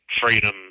freedom